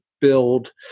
build